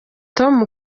tom